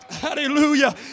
Hallelujah